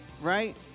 Right